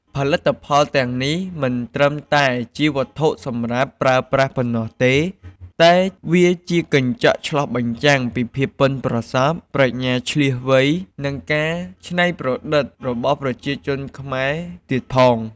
ផលិតផលទាំងនេះមិនត្រឹមតែជាវត្ថុសម្រាប់ប្រើប្រាស់ប៉ុណ្ណោះទេ តែវាជាកញ្ចក់ឆ្លុះបញ្ចាំងពីភាពប៉ិនប្រសប់ ប្រាជ្ញាឈ្លាសវៃ និងការច្នៃប្រឌិតរបស់ប្រជាជនខ្មែរទៀតផង។